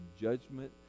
judgment